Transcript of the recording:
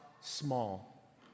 small